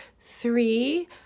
three